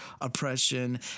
oppression